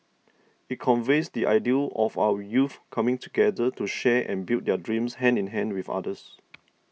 it conveys the ideal of our youth coming together to share and build their dreams hand in hand with others